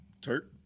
Turk